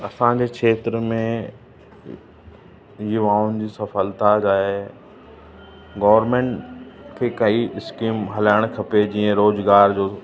असांजे खेत्र में युवाउनि जी सफालता लाइ गौरमेंट खे कई स्कीम हलाइणु खपे जीअं रोजगार जो